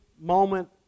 moment